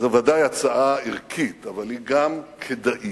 זו ודאי הצעה ערכית אבל היא גם כדאית,